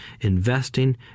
investing